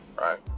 right